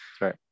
right